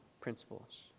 principles